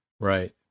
right